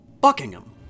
Buckingham